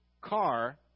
car